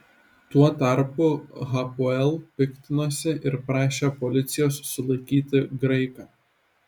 tuo tarpu hapoel piktinosi ir prašė policijos sulaikyti graiką